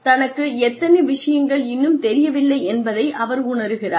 தனக்கு எத்தனை விஷயங்கள் இன்னும் தெரியவில்லை என்பதை அவர் உணருகிறார்